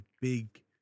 big